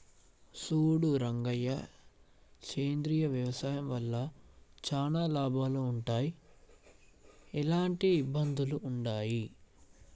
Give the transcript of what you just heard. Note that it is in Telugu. సూడు రంగయ్య సేంద్రియ వ్యవసాయం వల్ల చానా లాభాలు వుంటయ్, ఎలాంటి ఇబ్బందులూ వుండయి